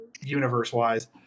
universe-wise